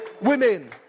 women